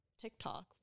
TikTok